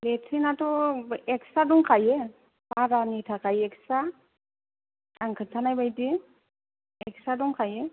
लेट्रिनाथ' extra दंखायो भारानि थाखाय एक्सट्रा आं खिन्थानाय बायदि एक्सट्रा दंखायो